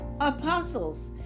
apostles